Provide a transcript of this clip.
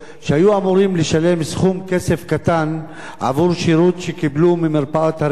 שהיו אמורים לשלם סכום כסף קטן עבור שירות שקיבלו במרפאת הריאות.